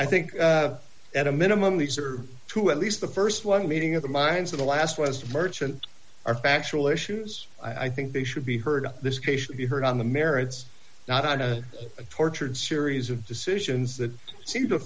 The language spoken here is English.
i think at a minimum these are two at least the st one meeting of the minds of the last was merchant are factual issues i think they should be heard this case should be heard on the merits not a tortured series of decisions that seem to